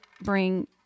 bring